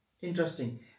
Interesting